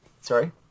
Sorry